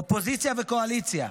אופוזיציה וקואליציה,